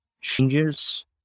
changes